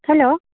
hello